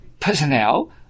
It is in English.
personnel